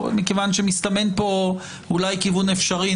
מסתמן פה כיוון אפשרי,